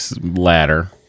ladder